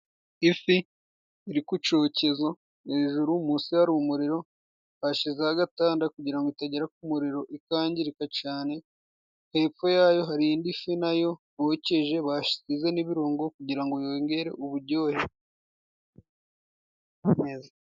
Ifi iri kucokezo hejuru musi yari umuriro washeho, gatanda kugirango itagera ku muririro, ikangirika cane hepfo yayo hari indi fi nayo wokejeshi nibirungo kugirango yongere uburyohe neza.